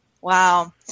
Wow